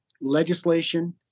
legislation